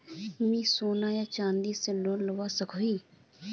मुई सोना या चाँदी से लोन लुबा सकोहो ही?